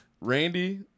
Randy